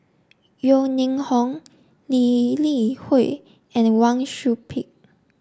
Yeo Ning Hong Lee Li Hui and Wang Sui Pick